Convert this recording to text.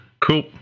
Cool